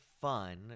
fun